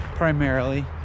primarily